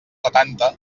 setanta